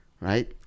right